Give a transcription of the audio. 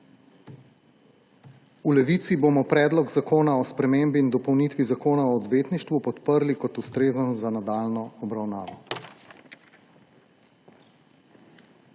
V Levici bomo Predlog zakona o spremembi in dopolnitvi Zakona o odvetništvu podprli kot ustrezen za nadaljnjo obravnavo.